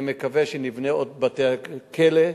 אני מקווה שנבנה עוד בתי-כלא,